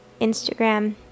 Instagram